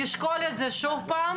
מישהו אסף פה?